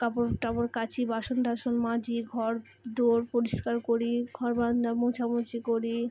কাপড় টাপড় কাচি বাসন টাসন মাজি ঘর দোর পরিষ্কার করি ঘর বারান্দা মোছা মুছি করি